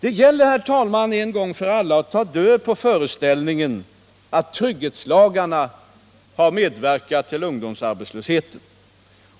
Här gäller det att en gång för alla ta död på föreställningen att trygghetslagarna har medverkat till ungdomsarbetslösheten.